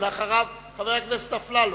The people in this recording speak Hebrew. לאחריו, חבר הכנסת אפללו.